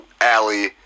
alley